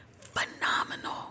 Phenomenal